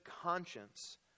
conscience